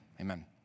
Amen